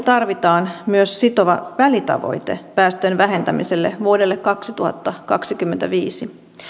tarvitaan myös sitova välitavoite päästöjen vähentämiselle vuodelle kaksituhattakaksikymmentäviisi